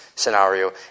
scenario